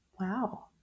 Wow